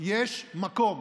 יש מקום